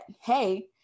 hey